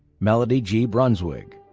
melody g. brunswig,